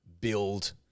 build